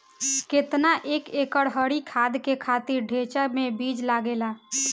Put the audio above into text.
केतना एक एकड़ हरी खाद के खातिर ढैचा के बीज लागेला?